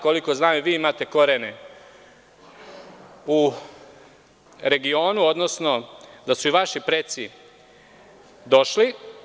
Koliko znam, imate korene u regionu, odnosno da su i vaši preci došli.